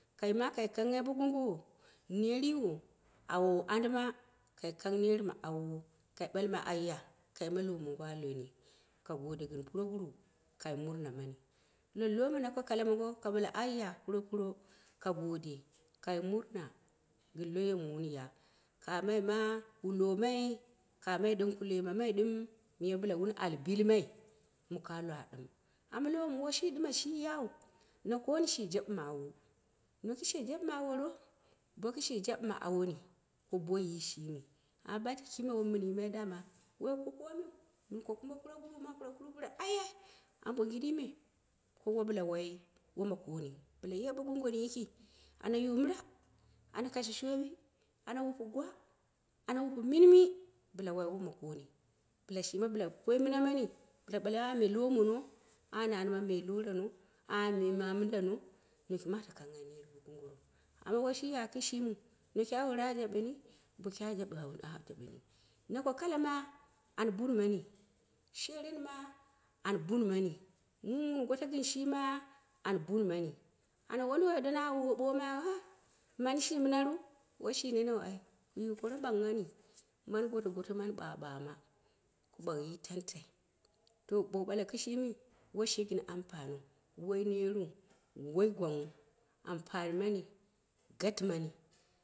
Kai ma kai kangha bo gongho, ner yiwo awo an dima kai kangh ner ma awowo kai ɓalmai ayya kaima low mongo a lomi ka gode gɨn puroguru ka marne mani. Nong lowo mɨ na ko kala mongo kai ɓalmai ayya puropuro ka gode, kai muna gɨn loyo mɨ wun ya kamai ma wu loyonnai kamai, ɓɨm ku loi ma mai ɓɨm miya bile wun al, bilmai, mɨ ka, wa ɓɨm, ama low mɨ woi shi ɓɨm- shi ya ɓɨmɨu shi yau nakoni shi jaɓɨma aw noki, shi jaɓɨma aworo, boki shi jaɓɨma awoni ko boiyi shimi, amma ɓange kime wom mɨn yimai dama woiko komiu, mɨn ko kumbe purogru ma purogu bɨla aye ambon gini me kowa bila wai wom kooni, bɨla yi bo gonggoni yiki ana yu mɨta, ana kashe shoowi ana wupu gwa, ana wupu minmi bɨla wu woma kooni bɨla shima bɨla koi mana mani, bɨla ɓala, ah me lowe mono, angha nani ma me ko wo rano, angha ma me mindano sheki ma ata kang ner bo gongoro. Amma woi shi ya kishimiu. Noki aworo a jabeni, boki a jaɓe, a awn ni a jaɓeni, nako kala ma anbunmani shere mi ma an bunmani mum wun goto gɨn shiman bun mani, ana wunduwoi dona a bomai ma, aang mani shi mɨna ru? Woi shi niniu ai ka yu kara ɓangnghani mani goto mana ɓaɓma ku baaghi tantai to bowu ɓale kɨshimi, woi shi gɨn ampanɨle, woi neetu. Woi gwanggha, ampani manu gatimani.